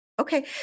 Okay